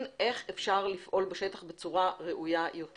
איך אפשר לפעול בשטח בצורה ראויה יותר.